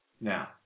Now